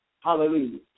Hallelujah